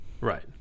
Right